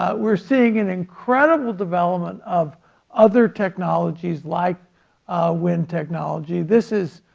ah we're seeing an incredible development of other technologies like wind technology this is